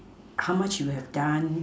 how much you have done